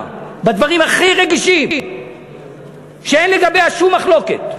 בדברים הכי רגישים שאין לגביהם שום מחלוקת.